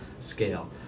scale